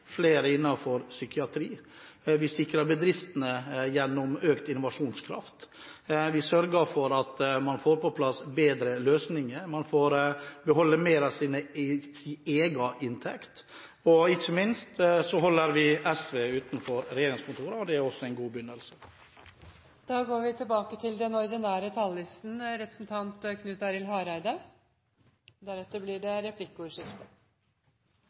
flere får behandling innen rus og psykiatri. Vi sikrer bedriftene gjennom økt innovasjonskraft. Vi sørger for at man får på plass bedre løsninger. Man får beholde mer av sin egen inntekt. Ikke minst holder vi SV utenfor regjeringskontorene, og det er også en god begynnelse. Replikkordskiftet er omme. Eg vil starte med å takke samarbeidspartia Venstre, Framstegspartiet og Høgre for at me har fått til